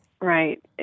right